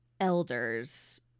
elders